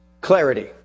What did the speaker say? Clarity